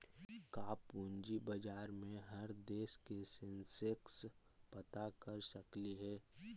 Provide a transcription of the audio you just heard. का पूंजी बाजार में हर देश के सेंसेक्स पता कर सकली हे?